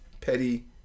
petty